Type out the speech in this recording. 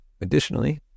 Additionally